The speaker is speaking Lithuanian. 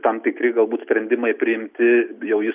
tam tikri galbūt sprendimai priimti jau jis